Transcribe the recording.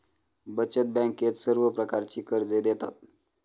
बचत बँकेत सर्व प्रकारची कर्जे देतात